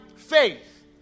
faith